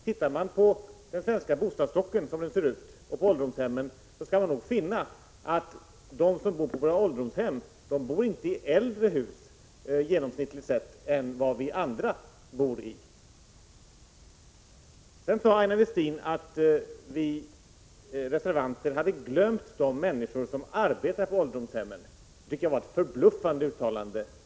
Ser man till den svenska bostadsstocken och våra ålderdomshem, skall man finna att de människor som bor på ålderdomshemmen genomsnittligt inte bor i äldre hus än vad vi andra gör. Aina Westin sade också att vi reservanter hade glömt de människor som arbetar på ålderdomshemmen. Det tycker jag var ett förbluffande uttalande.